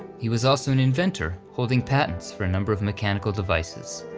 he was also an inventor, holding patents for a number of mechanical devices.